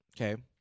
Okay